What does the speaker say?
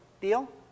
deal